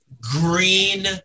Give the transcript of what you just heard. green